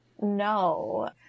no